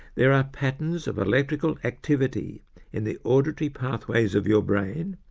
there are patterns of electrical activity in the auditory pathways of your brain,